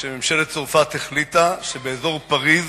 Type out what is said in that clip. ממשלת צרפת החליטה שבאזור פריס